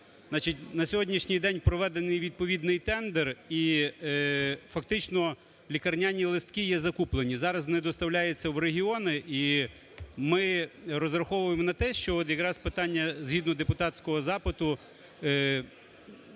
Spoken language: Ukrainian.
на сьогоднішній день проведений відповідний тендер, і фактично лікарняні листки є закуплені. Зараз не доставляються в регіони, і ми розраховуємо на те, що якраз питання згідно депутатського запиту